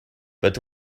but